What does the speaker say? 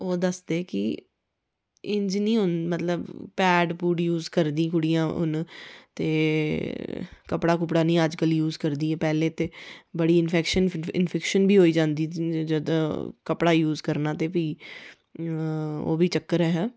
ओह् दसदे कि एह् जि'न्नी मतलब पैड पूड यूस करदी कुड़ियां हून ते कपड़ा कूपड़ा नेईं अज्जकल यूस करदियां पैह्लें ते बड़ी इंफेक्शन इंफीक्शन बी होई जांदी जंदू कपड़ा यूस करना ते भी ओह् बी चक्कर ऐहा